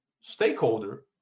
stakeholder